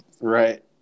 Right